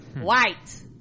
white